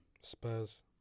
Spurs